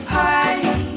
party